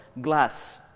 glass